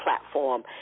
platform